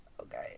Okay